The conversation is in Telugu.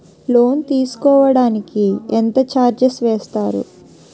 లోన్ తీసుకోడానికి ఎంత చార్జెస్ వేస్తారు?